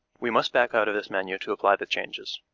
we must back out of this menu to apply the changes.